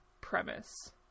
premise